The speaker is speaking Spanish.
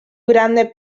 grandes